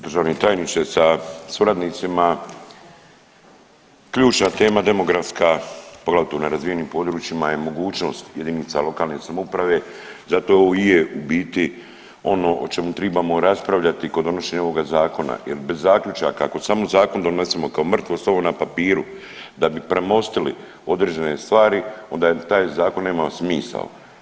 Državni tajniče sa suradnicima, ključna tema demografska poglavito u nerazvijenim područjima je mogućnost jedinica lokalne samouprave zato ovo i je u biti ono o čemu tribamo raspravljati kod donošenja ovoga zakona jer bez zaključaka ako samo zakon donosimo kao mrtvo slovo na papiru da bi premostili određene stvari onda taj zakon nema smisao.